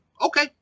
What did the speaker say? okay